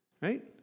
right